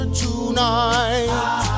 tonight